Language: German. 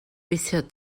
bisher